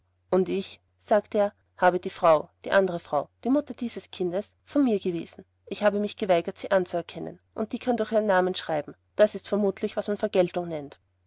und ich sagte er ich habe die die andre frau die mutter dieses kindes von mir gewiesen ich habe mich geweigert sie anzuerkennen und die kann doch ihren namen schreiben das ist vermutlich was man vergeltung nennt